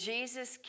Jesus